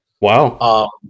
wow